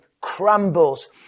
crumbles